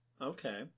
Okay